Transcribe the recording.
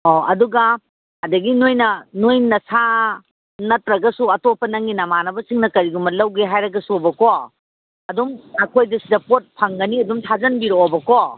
ꯑꯣ ꯑꯗꯨꯒ ꯑꯗꯒꯤ ꯅꯈꯣꯏꯅ ꯅꯈꯣꯏ ꯅꯁꯥ ꯅꯠꯇ꯭ꯔꯒꯁꯨ ꯑꯇꯣꯞꯄ ꯅꯪꯒꯤ ꯅꯃꯥꯟꯅꯕꯁꯤꯡꯅ ꯀꯔꯤꯒꯨꯝꯕ ꯂꯧꯒꯦ ꯍꯥꯏꯔꯒꯁꯨꯕꯀꯣ ꯑꯗꯨꯝ ꯑꯩꯈꯣꯏꯗ ꯁꯤꯗ ꯄꯣꯠ ꯐꯪꯒꯅꯤ ꯑꯗꯨꯝ ꯊꯥꯖꯟꯕꯤꯔꯛꯑꯣꯕꯀꯣ